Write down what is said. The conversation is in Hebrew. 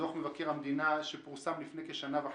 דוח מבקר המדינה 69/ב, שפורסם לפני כשנה וחצי.